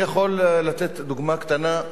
אני יכול לתת דוגמה קטנה.